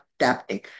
adapting